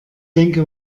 denke